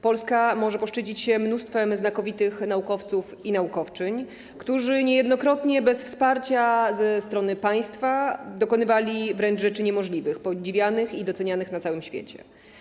Polska może poszczycić się mnóstwem znakomitych naukowców i naukowczyń, którzy niejednokrotnie bez wsparcia ze strony państwa dokonywali rzeczy wręcz niemożliwych, podziwianych i docenianych na całym świecie.